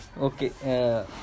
okay